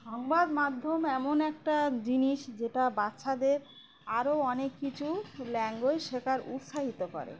সংবাদ মাধ্যম এমন একটা জিনিস যেটা বাচ্চাদের আরও অনেক কিছু ল্যাঙ্গুয়েজ শেখার উৎসাহিত করে